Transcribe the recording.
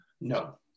No